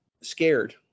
scared